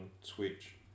Switch